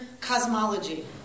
cosmology